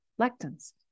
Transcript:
lectins